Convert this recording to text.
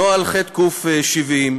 נוהל חק/70,